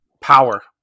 power